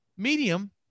Medium